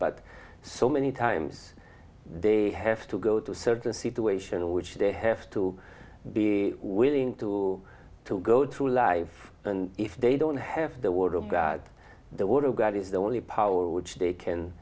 but so many times they have to go to a certain situation which they have to be willing to to go through life and if they don't have the word of god the word of god is the only power which they can